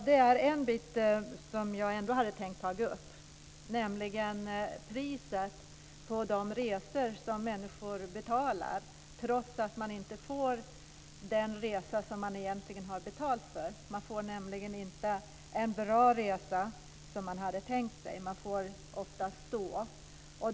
Det är en bit som jag ändå hade tänkt ta upp, nämligen priset på de resor som människor betalar trots att de inte får en så bra resa som de hade tänkt sig då de får oftast får stå.